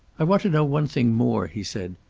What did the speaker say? i want to know one thing more, he said.